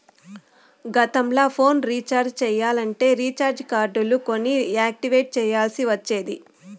గతంల phone recharge చెయ్యాలంటే recharge కార్డులు కొని యాక్టివేట్ చెయ్యాల్ల్సి ఒచ్చేది